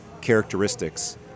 characteristics